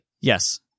Yes